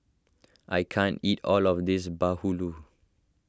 I can't eat all of this Bahulu